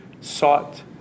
sought